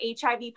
HIV